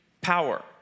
power